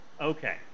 Okay